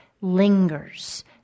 lingers